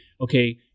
okay